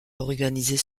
organisées